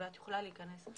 ואת יכולה להיכנס.